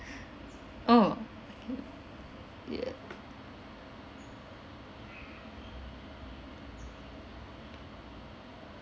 orh okay ya